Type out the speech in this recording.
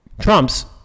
Trump's